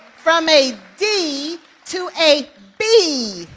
from a d to a b.